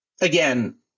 again